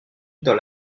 dans